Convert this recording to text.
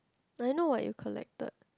but you know what you collected